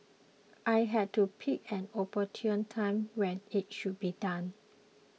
I had to pick an opportune time when it should be done